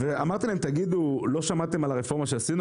אמרתי להם: תגידו, לא שמעתם על הרפורמה שעשינו?